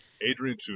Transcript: Adrian